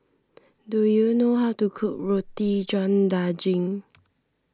do you know how to cook Roti John Daging